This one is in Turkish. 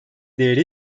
değeri